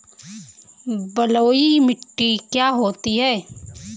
बलुइ मिट्टी क्या होती हैं?